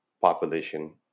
population